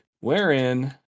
wherein